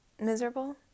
miserable